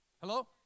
Hello